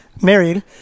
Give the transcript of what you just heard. married